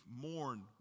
mourn